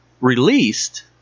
released